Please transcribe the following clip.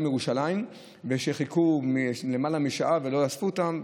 מירושלים ושחיכו למעלה משעה ולא אספו אותם.